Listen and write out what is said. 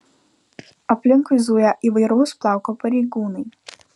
aplinkui zuja įvairaus plauko pareigūnai